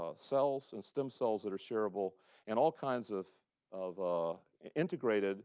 ah cells and stem cells that are sharable in all kinds of of ah integrated